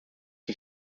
for